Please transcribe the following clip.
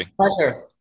Pleasure